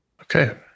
Okay